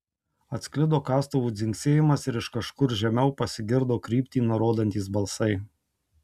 atsklido kastuvų dzingsėjimas ir iš kažkur žemiau pasigirdo kryptį nurodantys balsai